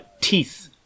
teeth